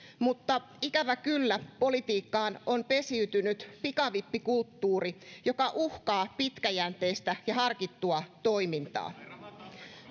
mutta ikävä kyllä politiikkaan on pesiytynyt pikavippikulttuuri joka uhkaa pitkäjänteistä ja harkittua toimintaa